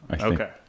Okay